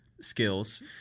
skills